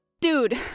Dude